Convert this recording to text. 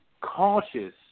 cautious